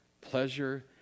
pleasure